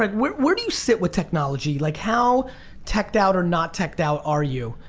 like where where do you sit with technology? like how teched-out or not teched-out are you?